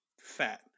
fat